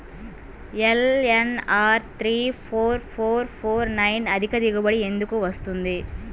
LNR three four four four nine అధిక దిగుబడి ఎందుకు వస్తుంది?